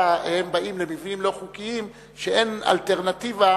הם באים למבנים לא חוקיים שאין אלטרנטיבה,